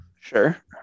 Sure